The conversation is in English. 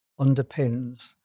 underpins